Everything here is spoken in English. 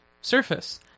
surface